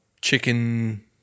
Chicken